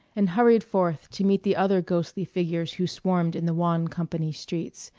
and hurried forth to meet the other ghostly figures who swarmed in the wan company streets,